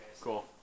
Cool